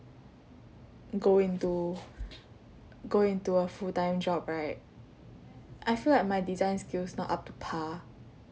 go into go into a full time job right I feel like my design skill's not up to par